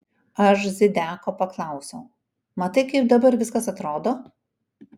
aš zideko paklausiau matai kaip dabar viskas atrodo